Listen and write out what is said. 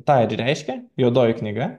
tą ir reiškia juodoji knyga